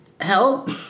help